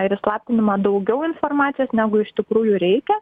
ir įslaptinama daugiau informacijos negu iš tikrųjų reikia